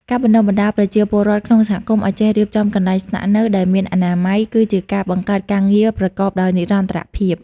ការបណ្តុះបណ្តាលប្រជាពលរដ្ឋក្នុងសហគមន៍ឱ្យចេះរៀបចំកន្លែងស្នាក់នៅ ដែលមានអនាម័យ គឺជាការបង្កើតការងារប្រកបដោយនិរន្តរភាព។